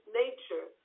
nature